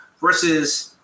versus